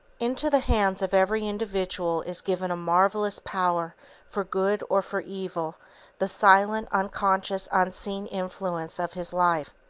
into the hands of every individual is given a marvellous power for good or for evil the silent, unconscious, unseen influence of his life.